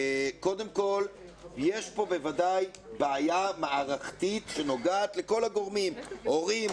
קודם כול יש פה בוודאי בעיה מערכתית שנוגעת לכל הגורמים הורים,